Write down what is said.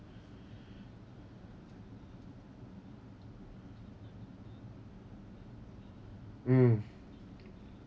mm